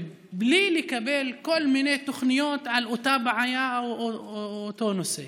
ובלי לקבל כל מיני תוכניות על אותה בעיה או על אותו נושא.